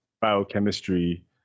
biochemistry